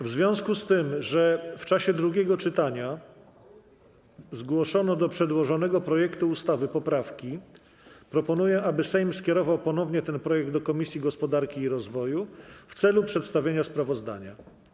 W związku z tym, że w czasie drugiego czytania zgłoszono do przedłożonego projektu ustawy poprawki, proponuję, aby Sejm skierował ponownie ten projekt do Komisji Gospodarki i Rozwoju w celu przedstawienia sprawozdania.